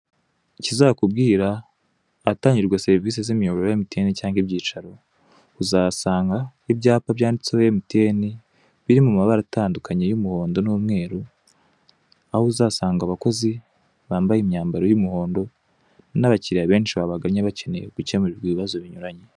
Ikizakubwira ahatangirwa serivisi n'imiyoboro ya MTN cyangwa ibyicaro, uzahasanga ibyapa byanditseho MTN biri mu mabara atandukanye y'umuhondo n'umweru, aho uzasanga abakozi bambaye imyambaro y'umuhondo n'abakiriya baba babagannye, bakeneye serivisi zinyuranye.